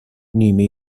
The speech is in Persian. نیمه